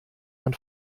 man